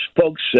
folks